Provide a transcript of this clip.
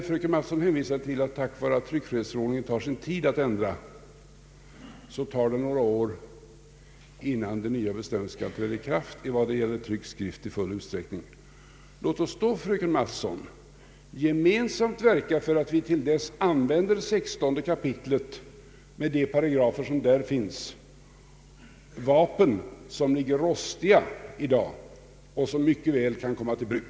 Fröken Mattson hänvisade till att då det tar sin tid att ändra tryckfrihetsförordningen, tar det någon tid innan de nya bestämmelserna kan träda i kraft i full utsträckning, i vad det gäller tryckt skrift. Låt oss då, fröken Mattson, ge mensamt verka för att vi till dess använder 16 kap. med de paragrafer som där finns — vapen som i dag ligger rostiga men som mycket väl kan tas till bruk.